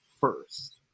first